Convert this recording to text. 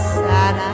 sad